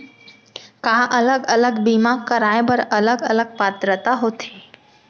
का अलग अलग बीमा कराय बर अलग अलग पात्रता होथे?